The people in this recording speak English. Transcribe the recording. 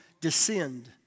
descend